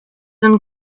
and